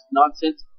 nonsense